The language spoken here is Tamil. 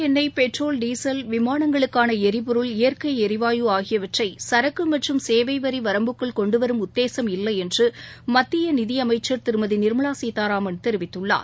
எண்ணெய் பெட்ரோல் டீசல் விமானங்களுக்கான எரிபொருள் இயற்கை எரிவாயு கச்சா ஆகியவற்றை சரக்கு மற்றும் சேவை வரி வரம்புக்குள் கொண்டுவரும் உத்தேசம் இல்லை என்று மத்திய நிதி அமைச்சர் திருமதி நிர்மலா சீதாராமன் தெரிவித்துள்ளார்